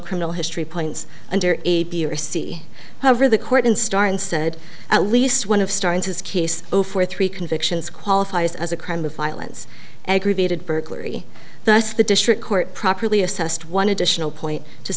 criminal history points under a b or c however the court in started said at least one of starting his case for three convictions qualifies as a crime of violence aggravated burglary that's the district court properly assessed one additional point